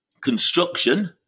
construction –